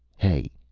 hey,